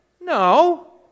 No